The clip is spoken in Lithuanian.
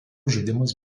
žaidimas